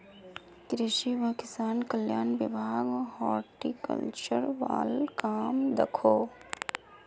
कृषि एवं किसान कल्याण विभाग हॉर्टिकल्चर वाल काम दखोह